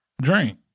drink